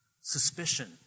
Suspicion